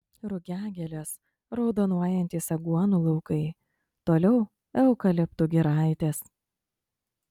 rugiagėlės raudonuojantys aguonų laukai toliau eukaliptų giraitės